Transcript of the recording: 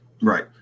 Right